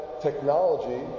Technology